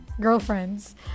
girlfriends